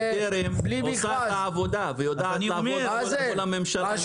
בטרם עושה את העבודה ויודעת לעבוד עם כל הממשלה.